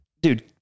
Dude